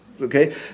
okay